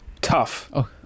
tough